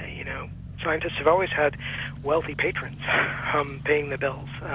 you know scientists have always had wealthy patrons um paying the bills.